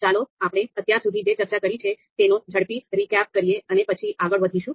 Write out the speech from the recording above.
ચાલો આપણે અત્યાર સુધી જે ચર્ચા કરી છે તેનો ઝડપી રીકેપ કરીએ અને પછી આગળ વધીશું